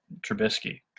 Trubisky